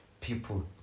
people